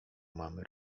mamy